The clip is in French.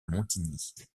montigny